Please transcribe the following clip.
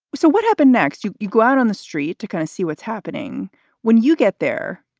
so what happened next? you you go out on the street to kind of see what's happening when you get there,